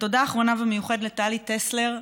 ותודה אחרונה ומיוחדת לטלי טסלר,